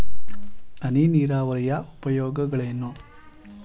ಹನಿ ನೀರಾವರಿಯ ಉಪಯೋಗಗಳೇನು?